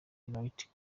light